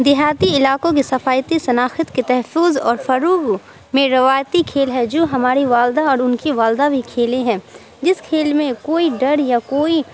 دیہاتی علاقوں کی ثقافتی شناخت کے تحفظ اور فروغ میں روایتی کھیل ہے جو ہماری والدہ اور ان کی والدہ بھی کھیلی ہیں جس کھیل میں کوئی ڈر یا کوئی